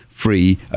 Free